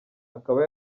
akaba